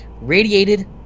radiated